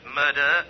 murder